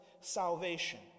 salvation